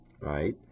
right